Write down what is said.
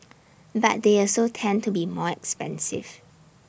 but they also tend to be more expensive